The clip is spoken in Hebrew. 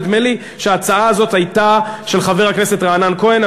נדמה לי שההצעה הזאת הייתה של חבר הכנסת רענן כהן,